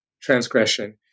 transgression